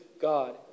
God